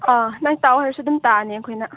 ꯑꯥ ꯅꯪ ꯇꯥꯎ ꯍꯥꯏꯔꯁꯨ ꯑꯗꯨꯝ ꯇꯥꯅꯤ ꯑꯩꯈꯣꯏꯅ